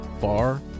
far